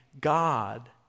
God